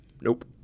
Nope